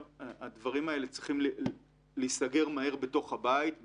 הדברים האלה צריכים להיסגר מהר בתוך הבית,